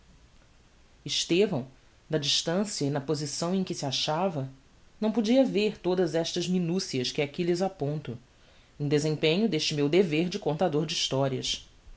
estevão da distancia e na posição em que se achava não podia ver todas estas minucias que aqui lhes aponto em desempenho deste meu dever de contador de historias